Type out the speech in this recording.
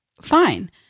Fine